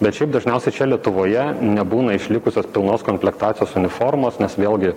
bet šiaip dažniausiai čia lietuvoje nebūna išlikusios pilnos komplektacijos uniformos nes vėlgi